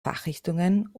fachrichtungen